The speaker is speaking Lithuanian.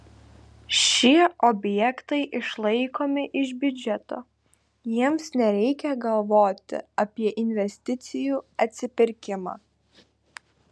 šie objektai išlaikomi iš biudžeto jiems nereikia galvoti apie investicijų atsipirkimą